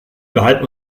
behalten